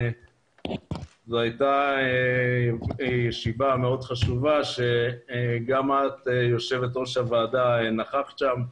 זו הייתה ישיבה מאוד חשובה שגם את יושבת ראש הוועדה נכחת בה.